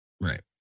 Right